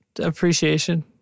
appreciation